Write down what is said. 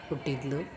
ಹುಟ್ಟಿದ್ಲು